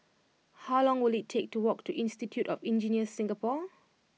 how long will it take to walk to Institute of Engineers Singapore